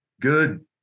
good